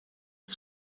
ils